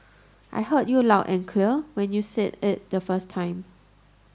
I heard you loud and clear when you said it the first time